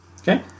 okay